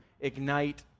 ignite